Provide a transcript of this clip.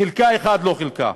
חלקה אחת לא חולקה.